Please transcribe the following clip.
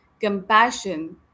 compassion